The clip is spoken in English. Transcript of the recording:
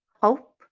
hope